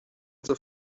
the